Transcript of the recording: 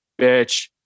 bitch